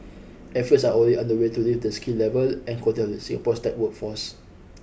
efforts are already underway to lift the skill level and quality of Singapore's tech workforce